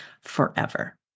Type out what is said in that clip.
forever